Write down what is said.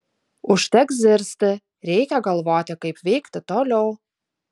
užteks zirzti reikia galvoti kaip veikti toliau